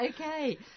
okay